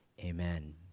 amen